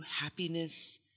happiness